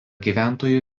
gyventojų